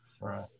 Right